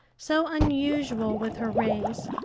so unusual with her race,